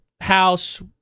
house